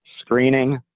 Screening